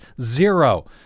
zero